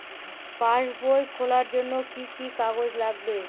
পাসবই খোলার জন্য কি কি কাগজ লাগবে?